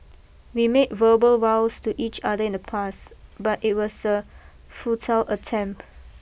we made verbal vows to each other in the past but it was a futile attempt